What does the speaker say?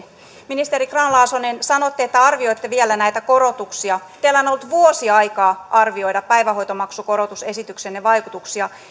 ministeri grahn laasonen sanoitte että arvioitte vielä näitä korotuksia teillä on ollut vuosi aikaa arvioida päivähoitomaksukorotusesityksenne vaikutuksia